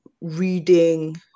reading